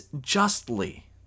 justly